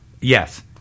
Yes